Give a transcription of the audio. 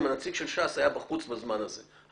אם הנציג של ש"ס היה בחוץ בזמן הזה,